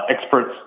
experts